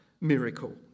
miracle